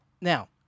Now